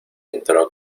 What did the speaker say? entró